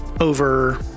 over